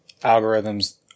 algorithms